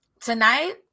tonight